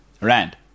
Rand